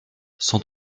sans